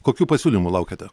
kokių pasiūlymų laukiate